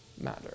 matter